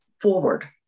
forward